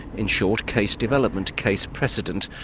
in short, case development, case precedent,